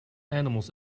animals